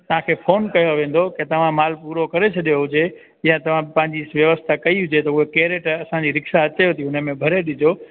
तव्हांखे फोन कयो वेंदो की तव्हां माल पूरो करे छॾियो हुजे या तव्हां पांजी व्यवस्था कई हुजे त उहा केरेट असांजी रिक्शा अचेव थी हुनमें भरे ॾिजो